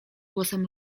głosem